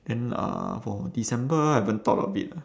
then uh for december I haven't thought of it lah